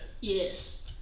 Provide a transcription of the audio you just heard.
Yes